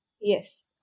Yes